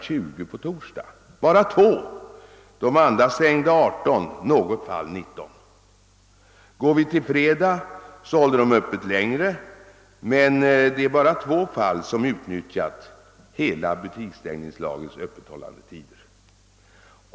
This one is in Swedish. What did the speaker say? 20 på torsdagarna. De övriga stängde kl. 18, i något fall kl. 19. På fredagarna håller de öppet längre, men det är bara i två fall man utnyttjat alla de möjligheter till öppethållande som affärstidslagen ger.